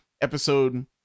episode